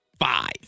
five